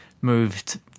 moved